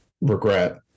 regret